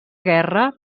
guerra